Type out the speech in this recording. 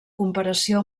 comparació